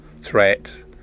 threat